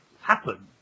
happen